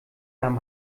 nahm